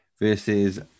versus